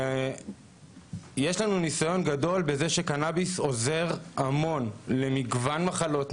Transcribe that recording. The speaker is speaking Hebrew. יש לנו ניסיון גדול בזה שקנביס עוזר המון למגוון מחלות,